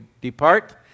depart